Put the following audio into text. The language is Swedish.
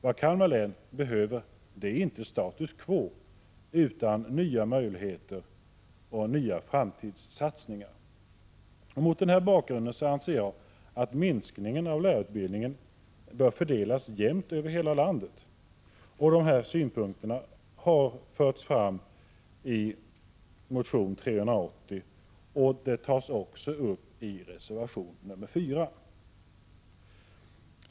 Vad Kalmar län behöver är inte status quo utan nya möjligheter och nya framtidssatsningar. Mot denna bakgrund anser jag att minskningen av lärarutbildningen bör fördelas jämnt över hela landet. Dessa synpunkter har förts fram i motion 380 och tas också upp i reservation 4.